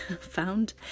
found